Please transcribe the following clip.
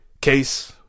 case